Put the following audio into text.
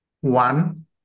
One